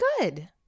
Good